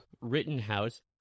Rittenhouse